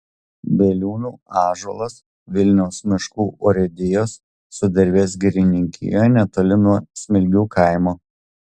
bieliūnų ąžuolas vilniaus miškų urėdijos sudervės girininkijoje netoli nuo smilgių kaimo